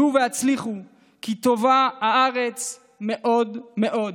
עלו והצליחו, כי טובה הארץ מאוד מאוד.